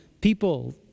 people